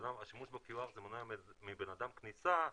השימוש ב-QR מונע מבן אדם כניסה,